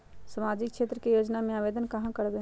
सामाजिक क्षेत्र के योजना में आवेदन कहाँ करवे?